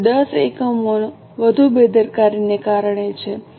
તેથી 10 એકમો વધુ બેદરકારીને કારણે છે